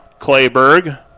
Clayberg